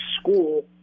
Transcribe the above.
school